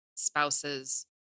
spouses